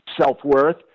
self-worth